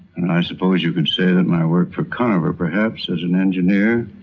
and i suppose you could say that my work for conover, perhaps, as an engineer